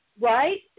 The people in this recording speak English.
right